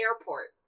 airport